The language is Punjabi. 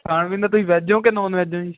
ਖਾਣ ਪੀਣ ਦਾ ਤੁਸੀਂ ਵੈਜ ਹੋ ਕਿ ਨੌਨ ਵੈਜ ਹੋ ਜੀ